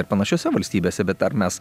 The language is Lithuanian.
ir panašiose valstybėse bet ar mes